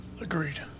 Agreed